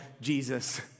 Jesus